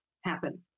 happen